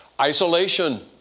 Isolation